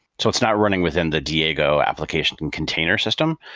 so it's not running within the diego application and container system.